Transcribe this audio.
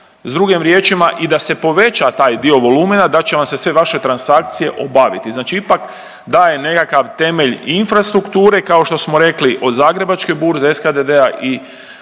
s drugim riječima i da se poveća taj dio volumena da će vam se sve vaše transakcije obaviti. Znači ipak daje nekakav temelj infrastrukture kao što smo rekli od Zagrebačke burze SKDD-a i